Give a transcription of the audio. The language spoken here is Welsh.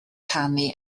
canu